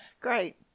Great